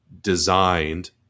designed